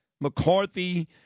McCarthy